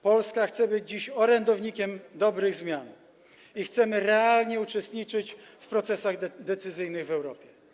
Polska chce być dziś orędownikiem dobrych zmian i chcemy realnie uczestniczyć w procesach decyzyjnych w Europie.